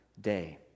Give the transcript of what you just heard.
day